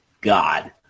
God